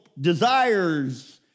desires